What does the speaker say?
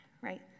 right